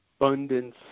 abundance